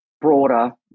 broader